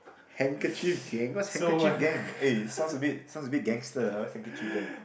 handkerchief gang what's handkerchief gang eh sounds a bit sounds a bit gangster ah what's handkerchief gang